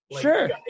Sure